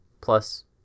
plus